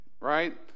right